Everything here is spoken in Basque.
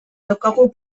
daukagu